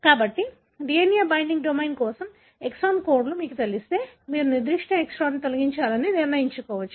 కాబట్టి DNA binding domain కోసం exon కోడ్లు మీకు తెలిస్తే మీరు నిర్దిష్ట ఎక్సాన్ను తొలగించాలని నిర్ణయించుకోవచ్చు